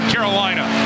Carolina